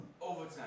Overtime